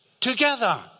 together